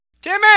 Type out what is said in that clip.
Timmy